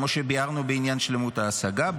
כמו שביארנו בעניין שלמות ההשגה,